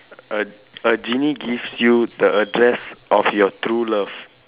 a a genie gives you the address of your true love